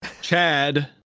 chad